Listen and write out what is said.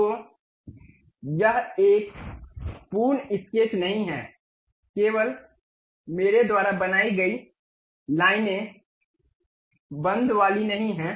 तो यह एक पूर्ण स्केच नहीं है केवल मेरे द्वारा बनाई गई लाइनें बंद वाली नहीं है